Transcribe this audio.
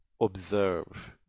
observe